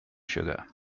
sugar